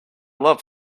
love